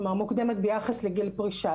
כלומר מוקדמת ביחס לגיל פרישה.